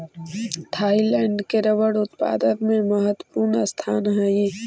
Thailand के rubber उत्पादन में महत्त्वपूर्ण स्थान हइ